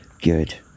good